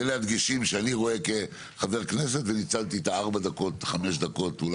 אז אלה הדגשים אני רואה כחבר כנסת וניצלתי את הארבע-חמש דקות שלי.